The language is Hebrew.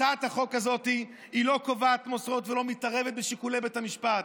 הצעת החוק הזאת לא קובעת מוסרות ולא מתערבת בשיקולי בית המשפט,